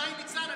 שאילתה דחופה,